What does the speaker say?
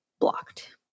blocked